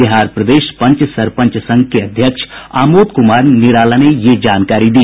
बिहार प्रदेश पंच सरपंच संघ के अध्यक्ष आमोद कुमार निराला ने ये जानकारी दी